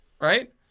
Right